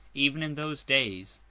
even in those days.